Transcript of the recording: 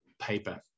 paper